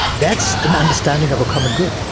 that's an understanding of a common good.